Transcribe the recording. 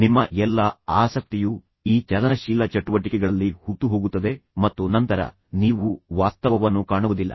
ನಿಮ್ಮ ಎಲ್ಲಾ ಆಸಕ್ತಿಯು ಈ ಚಲನಶೀಲ ಚಟುವಟಿಕೆಗಳಲ್ಲಿ ಹೂತುಹೋಗುತ್ತದೆ ಮತ್ತು ನಂತರ ನೀವು ವಾಸ್ತವವನ್ನು ಕಾಣುವುದಿಲ್ಲ